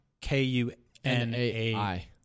K-U-N-A-I